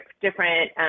different